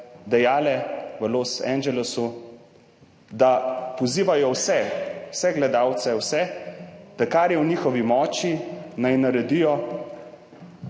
dejale v Los Angelesu, da pozivajo vse, vse gledalce, vse, da kar je v njihovi moči, naj naredijo,